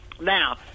Now